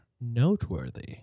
noteworthy